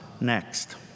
next